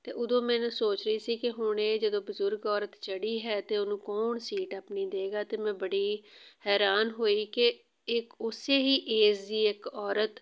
ਅਤੇ ਉਦੋਂ ਮੈਂ ਸੋਚ ਰਹੀ ਸੀ ਕਿ ਹੁਣ ਇਹ ਜਦੋਂ ਬਜ਼ੁਰਗ ਔਰਤ ਚੜ੍ਹੀ ਹੈ ਅਤੇ ਉਹਨੂੰ ਕੌਣ ਸੀਟ ਆਪਣੀ ਦਏਗਾ ਅਤੇ ਮੈਂ ਬੜੀ ਹੈਰਾਨ ਹੋਈ ਕਿ ਇੱਕ ਉਸੇ ਹੀ ਏਜ ਦੀ ਇੱਕ ਔਰਤ